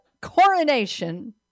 coronation